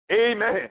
Amen